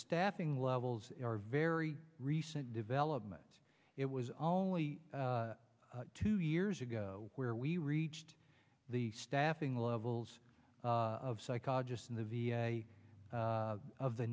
staffing levels are very recent developments it was all we two years ago where we reached the staffing levels of psychologists in the v a of the